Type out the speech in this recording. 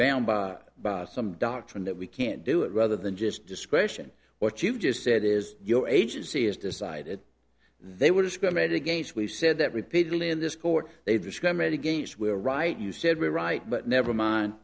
banned by some doctrine that we can't do it rather than just discretion what you've just said is your agency has decided they were discriminated against we've said that repeatedly in this court they discriminate against we're right you said we're right but never mind